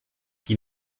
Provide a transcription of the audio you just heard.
die